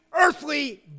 earthly